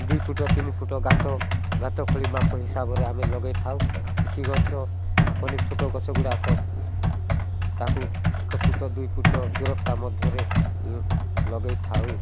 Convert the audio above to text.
ଦୁଇ ଫୁଟ୍ ତିନି ଫୁଟ୍ ଗାତ ଗାତ ଖୋଳି ମାପ ହିସାବରେ ଆମେ ଲଗେଇଥାଉ ଆଉ କିଛି ଗଛ ପନିପରିବା ଛୋଟ ଗଛ ଗୁଡ଼ାକ ତା'କୁ ଏକ ଫୁଟ୍ ଦୁଇ ଫୁଟ୍ ଦୂରତା ମଧ୍ୟରେ ଲଗେଇଥାଉ